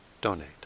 donate